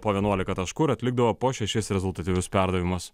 po vienuolika taškų ir atlikdavo po šešis rezultatyvius perdavimus